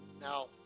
now